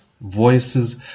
voices